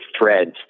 threads